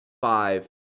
five